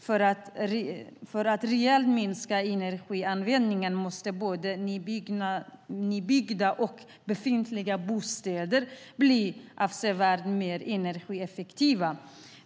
För att rejält minska energianvändningen måste både nybyggda och befintliga bostäder bli avsevärt mer energieffektiva.